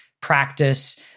practice